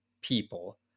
people